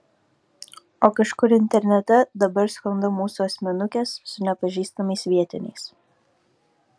o kažkur internete dabar sklando mūsų asmenukės su nepažįstamais vietiniais